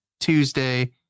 Tuesday